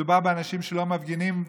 מדובר באנשים שלא מפגינים,